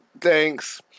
Thanks